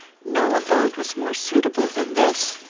no abode was more suitable than this.